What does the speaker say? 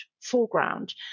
foreground